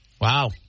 Wow